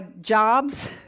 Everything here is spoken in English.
jobs